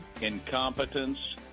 incompetence